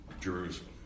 Jerusalem